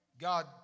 God